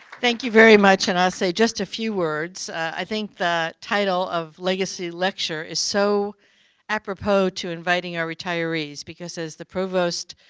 thank you very much and i'll just say just a few words. i think the title of legacy lecture is so apropos to inviting our retirees because as the provost